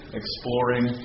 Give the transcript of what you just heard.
exploring